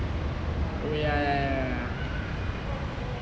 oh ya ya ya ya